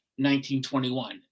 1921